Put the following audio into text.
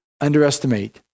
underestimate